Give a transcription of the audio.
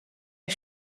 der